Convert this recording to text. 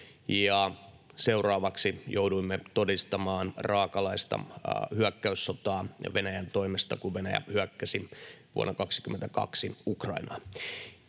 seuraavaksi jouduimme todistamaan raakalaismaista hyökkäyssotaa Venäjän toimesta, kun Venäjä hyökkäsi vuonna 22 Ukrainaan.